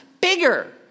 bigger